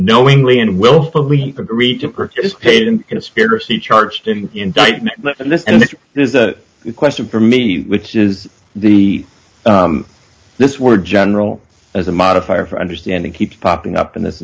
knowingly and willfully agreed to participate in conspiracy charge to an indictment and this and this is a question for me which is the this word general as a modifier for understanding keep popping up in this